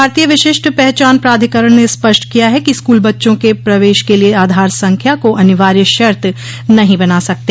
भारतीय विशिष्ट पहचान प्राधिकरण ने स्पष्ट किया है कि स्कूल बच्चों के प्रवेश के लिए आधार संख्या को अनिवार्य शर्त नहीं बना सकते